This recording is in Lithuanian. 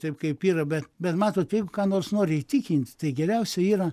taip kaip yra bet bet matot jeigu ką nors nori įtikint tai geriausia yra